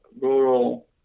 rural